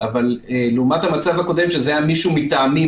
אבל לעומת המצב הקודם שזה היה מישהו מטעמי,